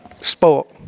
sport